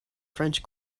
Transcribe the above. french